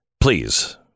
please